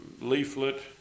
leaflet